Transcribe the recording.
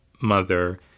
mother